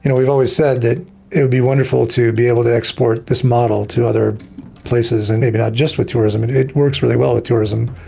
you know we've always said that it would be wonderful to be able to export this model to other places, and maybe not just for tourism. it it works really well with tourism,